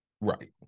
Right